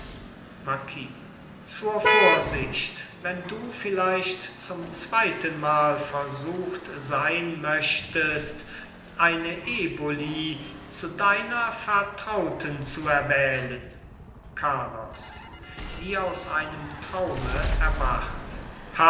marquis zur vorsicht wenn du vielleicht zum zweitenmal versucht sein möchtest eine eboli zu deiner vertrauten zu erwählen carlos wie aus einem traume erwacht